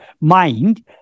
mind